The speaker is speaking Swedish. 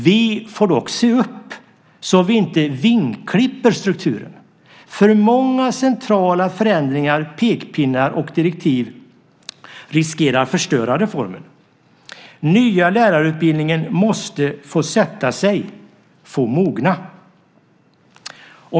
Vi får dock se upp så att vi inte vingklipper strukturen. För många centrala förändringar, pekpinnar och direktiv riskerar att förstöra reformen. Den nya lärarutbildningen måste få sätta sig, få mogna.